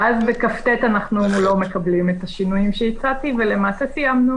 ואז בסעיף 22כט אנחנו לא מקבלים את השינויים שהצעתי ולמעשה סיימנו,